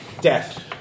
death